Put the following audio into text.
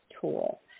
tool